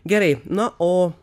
gerai na o